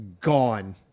gone